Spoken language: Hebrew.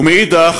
ומנגד,